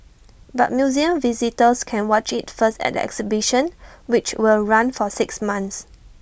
but museum visitors can watch IT first at the exhibition which will run for six months